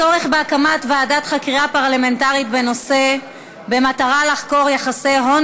הצורך בהקמת ועדת חקירה פרלמנטרית בנושא יחסי הון